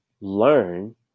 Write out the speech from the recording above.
learn